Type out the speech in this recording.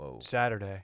Saturday